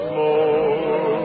more